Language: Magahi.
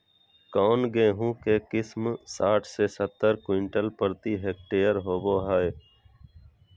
कौन गेंहू के किस्म साठ से सत्तर क्विंटल प्रति हेक्टेयर होबो हाय?